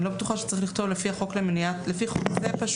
לפי חוק זה.